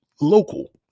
local